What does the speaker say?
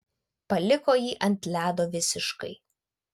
paliko jį ant ledo visiškai